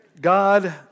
God